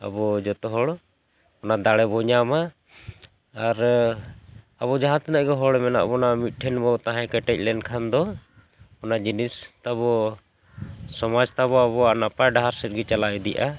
ᱟᱵᱚ ᱡᱚᱛᱚ ᱦᱚᱲ ᱚᱱᱟ ᱫᱟᱲᱮ ᱵᱚᱱ ᱧᱟᱢᱟ ᱟᱨ ᱟᱵᱚ ᱡᱟᱦᱟᱸ ᱛᱤᱱᱟᱹᱜ ᱜᱮ ᱦᱚᱲ ᱢᱮᱱᱟᱜ ᱵᱚᱱᱟ ᱢᱤᱫ ᱴᱷᱮᱱ ᱵᱚᱱ ᱛᱟᱦᱮᱸ ᱠᱮᱴᱮᱡ ᱞᱮᱱᱠᱷᱟᱱ ᱫᱚ ᱚᱱᱟ ᱡᱤᱱᱤᱥ ᱛᱟᱵᱚᱱ ᱥᱚᱢᱟᱡᱽ ᱛᱟᱵᱚᱱ ᱟᱵᱚᱣᱟᱜ ᱱᱟᱯᱟᱭ ᱰᱟᱦᱟᱨ ᱥᱮᱫᱜᱮ ᱪᱟᱞᱟᱣ ᱤᱫᱤᱜᱼᱟ